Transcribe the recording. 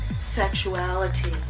Sexuality